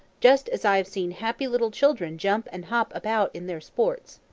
just as i have seen happy little children jump and hop about in their sports.